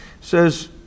Says